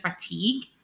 fatigue